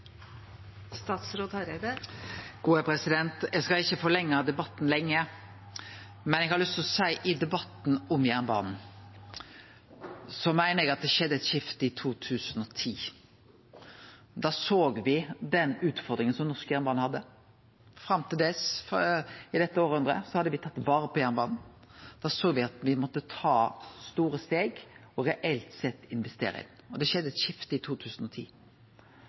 Eg skal ikkje forlengje debatten mykje, men eg har lyst til å seie at i debatten om jernbanen meiner eg det skjedde eit skifte i 2010. Da såg me den utfordringa som norsk jernbane hadde. Fram til det, i dette hundreåret, hadde me tatt vare på jernbanen. Da såg me at me måtte ta store steg og reelt sett investere i han, og det skjedde eit skifte i 2010.